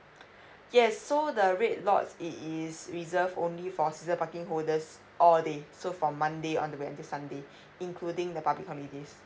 yes so the red lots it is reserved only for season parking holders all day so from monday all the way until sunday including the public holidays